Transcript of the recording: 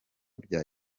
bya